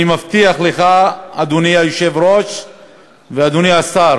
אני מבטיח לכם, אדוני היושב-ראש ואדוני השר